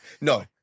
No